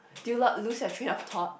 do you lo~ lose your train of thought